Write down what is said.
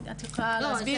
הנה, את יכולה להסביר.